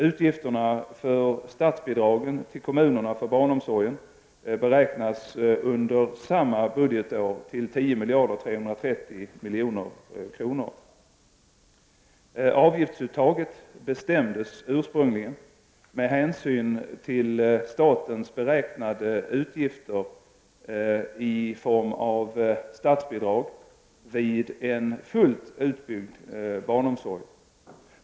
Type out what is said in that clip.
Utgifterna för statsbidragen till kommunerna för barnomsorgen beräknas under samma budgetår till 10 330 milj.kr. Avgiftsuttaget bestämdes ursprungligen med hänsyn till statens beräknade utgifter i form av statsbidrag vid en fullt utbyggd barnomsorg.